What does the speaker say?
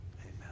Amen